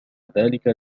ذلك